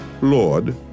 Lord